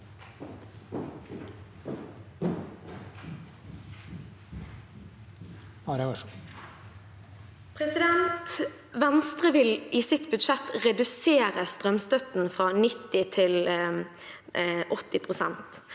Venstre vil i sitt bud- sjett redusere strømstøtten fra 90 til 80 pst.